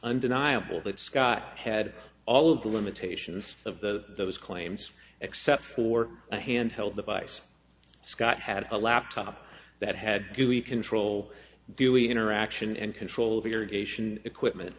undeniable that scott had all of the limitations of the those claims except for a handheld device scott had a laptop that had gooey control doing interaction and control of irrigation equipment